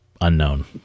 unknown